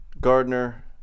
Gardner